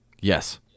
yes